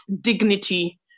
dignity